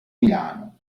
milano